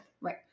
Right